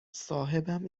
صاحبم